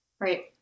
Right